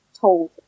told